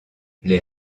les